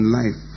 life